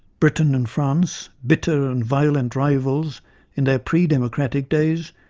britain and france, bitter and violent rivals in their pre democratic days,